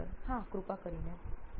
પ્રાધ્યાપક હા કૃપા કરીને